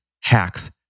hacks